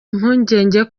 impungenge